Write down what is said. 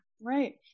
Right